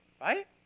right